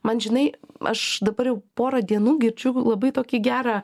man žinai aš dabar jau porą dienų girdžiu labai tokį gerą